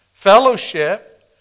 Fellowship